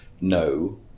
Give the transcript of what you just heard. no